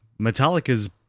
Metallica's